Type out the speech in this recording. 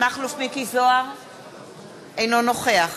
אינו נוכח